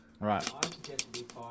Right